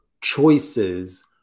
choices